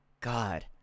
God